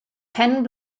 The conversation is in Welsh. pen